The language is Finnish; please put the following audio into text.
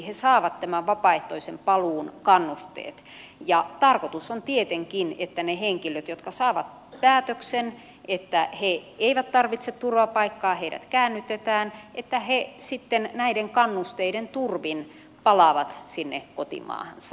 he saavat tämän vapaaehtoisen paluun kannusteet ja tarkoitus on tietenkin että ne henkilöt jotka saavat päätöksen että he eivät tarvitse turvapaikkaa heidät käännytetään sitten näiden kannusteiden turvin palaavat sinne kotimaahansa